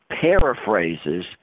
paraphrases